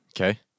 Okay